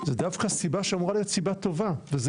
זה דווקא סיבה שאמורה להיות סיבה טובה וזה